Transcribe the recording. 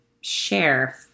share